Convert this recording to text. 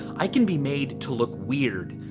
i can be made to look weird,